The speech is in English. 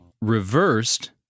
reversed